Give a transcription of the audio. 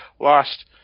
lost